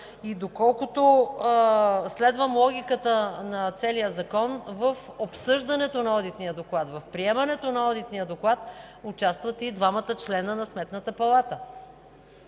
Доколкото следвам логиката на целия закон, в обсъждането на Одитния доклад, в приемането му участват и двамата членове на Сметната палата.